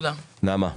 נעמה לזימי.